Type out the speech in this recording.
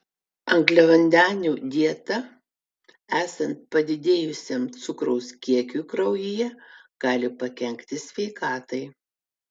angliavandenių dieta esant padidėjusiam cukraus kiekiui kraujyje gali pakenkti sveikatai